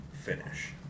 finish